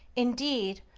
indeed,